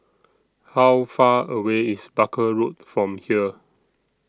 How Far away IS Barker Road from here